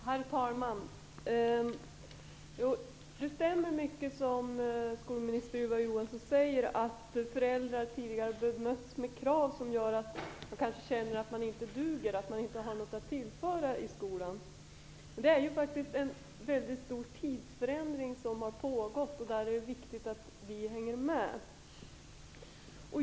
Herr talman! Det är som skolminister Ylva Johansson säger, nämligen att föräldrar tidigare har bemötts med krav som gör att de kanske känner att de inte duger eller inte har något att tillföra i skolan. Det har ju varit en väldigt stor tidsförändring, så det är viktigt att vi hänger med.